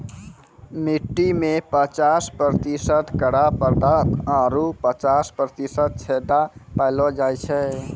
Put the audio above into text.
मट्टी में पचास प्रतिशत कड़ा पदार्थ आरु पचास प्रतिशत छेदा पायलो जाय छै